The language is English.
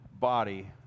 body